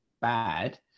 bad